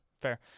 fair